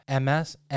MS